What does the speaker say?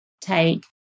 take